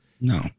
No